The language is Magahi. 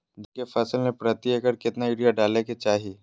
धान के फसल में प्रति एकड़ कितना यूरिया डाले के चाहि?